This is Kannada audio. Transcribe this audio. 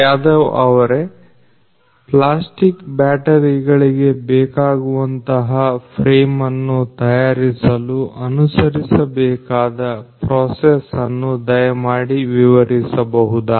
ಯಾದವ್ ಅವರೇ ಪ್ಲಾಸ್ಟಿಕ್ ಬ್ಯಾಟರಿಗಳಿಗೆ ಬೇಕಾಗುವಂತಹ ಫ್ರೇಮನ್ನು ತಯಾರಿಸಲು ಅನುಸರಿಸಬೇಕಾದ ಪ್ರೋಸೆಸ್ ಅನ್ನು ದಯಮಾಡಿ ವಿವರಿಸಬಹುದಾ